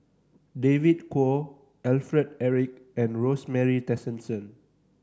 David Kwo Alfred Eric and Rosemary Tessensohn